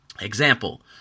Example